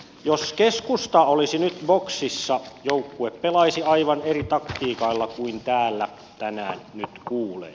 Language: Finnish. jos keskusta olisi nyt boksissa joukkue pelaisi aivan eri taktiikalla kuin täällä tänään nyt kuulee